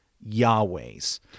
Yahweh's